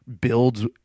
builds